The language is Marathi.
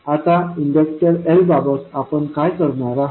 आता इंडक्टर L बाबत आपण काय करणार आहोत